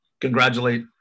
congratulate